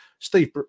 Steve